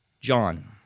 John